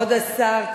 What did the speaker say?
כבוד השר,